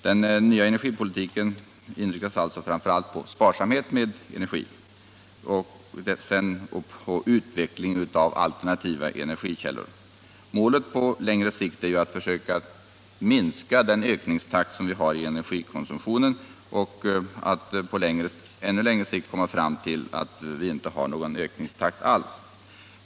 Den nya energipolitiken inriktas alltså framför allt på sparsamhet med energin och på utveckling av alternativa energikällor. Målet på längre sikt är att försöka minska ökningstakten när det gäller energikonsumtionen och att på ännu längre sikt komma fram till att vi inte alls ökar energikonsumtionen.